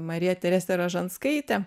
marija teresė rožanskaitė